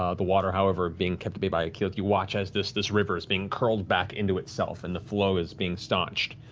um the water, however, being kept at bay by keyleth. you watch as this this river is being curled back into itself. and the flow is being staunched.